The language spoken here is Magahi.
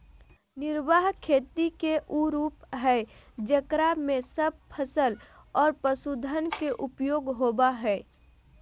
निर्वाह खेती के उ रूप हइ जेकरा में सब फसल और पशुधन के उपयोग होबा हइ